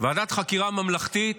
ועדת חקירה ממלכתית